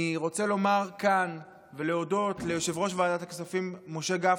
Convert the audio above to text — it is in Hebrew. אני רוצה לומר כאן ולהודות ליושב-ראש ועדת הכספים משה גפני,